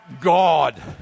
God